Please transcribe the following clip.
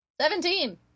Seventeen